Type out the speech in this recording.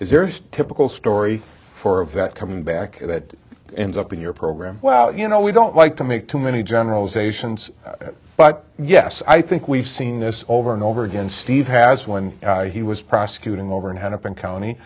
is there a typical story for of that coming back that ends up in your program well you know we don't like to make too many generalizations but yes i think we've seen this over and over again steve has when he was prosecuting over in hennepin county